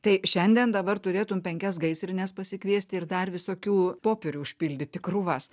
tai šiandien dabar turėtum penkias gaisrines pasikviesti ir dar visokių popierių užpildyti krūvas